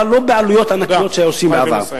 אבל לא בעלויות ענקיות שהיו בעבר.